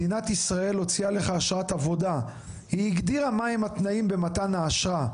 מדינת ישראל הוציאה לך אשרת עבודה הגדירה מה התנאים ובמתן האשרה,